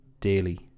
daily